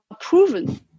proven